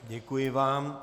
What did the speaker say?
Děkuji vám.